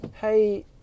hey